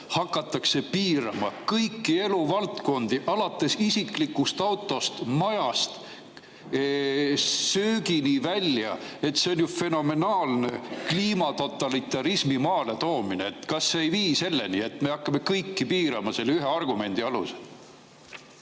hakatakse piirama kõiki eluvaldkondi, alates isiklikust autost ja majast, kuni söögini välja. See on fenomenaalne kliimatotalitarismi maale toomine. Kas see ei vii selleni, et me hakkame kõiki piirama selle ühe argumendi alusel?